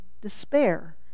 Despair